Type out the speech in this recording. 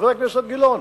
חבר הכנסת גילאון,